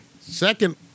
Second